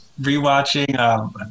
rewatching